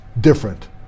different